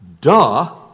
Duh